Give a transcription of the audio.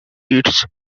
its